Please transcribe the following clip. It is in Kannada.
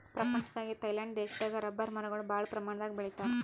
ಪ್ರಪಂಚದಾಗೆ ಥೈಲ್ಯಾಂಡ್ ದೇಶದಾಗ್ ರಬ್ಬರ್ ಮರಗೊಳ್ ಭಾಳ್ ಪ್ರಮಾಣದಾಗ್ ಬೆಳಿತಾರ್